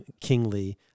kingly